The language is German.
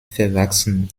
verwachsen